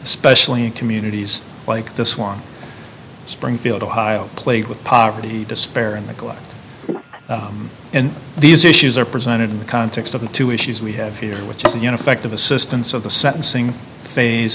especially in communities like this one springfield ohio plagued with poverty despair in the glass and these issues are presented in the context of the two issues we have here which is in effect of assistance of the sentencing phase